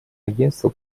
агентство